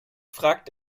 fragt